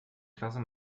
klasse